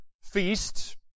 feast